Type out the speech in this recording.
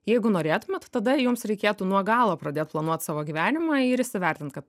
jeigu norėtumėt tada jums reikėtų nuo galo pradėt planuot savo gyvenimą ir įsivertint kad